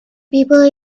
people